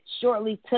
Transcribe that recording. shortly